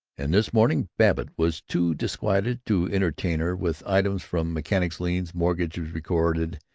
and this morning babbitt was too disquieted to entertain her with items from mechanics' liens, mortgages recorded,